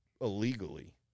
illegally